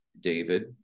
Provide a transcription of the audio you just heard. David